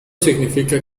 significa